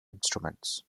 instruments